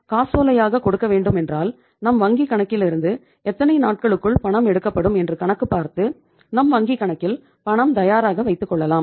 காசோலையாக கொடுக்க வேண்டுமென்றால் நம் வங்கி கணக்கிலிருந்து எத்தனை நாட்களுக்குள் பணம் எடுக்கப்படும் என்று கணக்குப் பார்த்து நம் வங்கிக் கணக்கில் பணம் தயாராக வைத்துக் கொள்ளலாம்